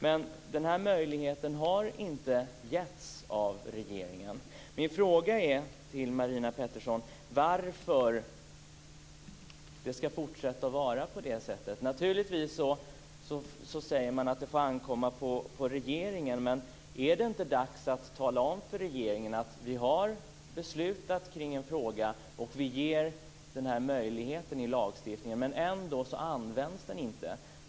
Men den här möjligheten har inte getts av regeringen. Min fråga till Marina Pettersson är: Varför ska det fortsätta att vara på det sättet? Naturligtvis säger man att det får ankomma på regeringen, men är det inte dags att tala om för regeringen att vi har beslutat kring denna fråga och att vi ger den möjligheten i lagstiftningen? Men ändå används den inte.